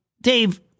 Dave